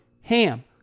HAM